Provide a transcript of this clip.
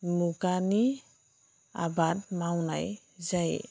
मुगानि आबाद मावनाय जायो